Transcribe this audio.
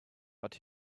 but